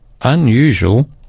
unusual